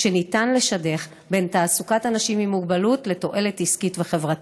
שניתן לשדך בין תעסוקת אנשים עם מוגבלות לתועלת עסקית וחברתית.